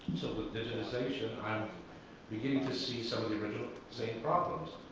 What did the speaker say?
so the digitization i'm beginning to see some of the original same problems.